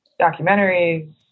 documentaries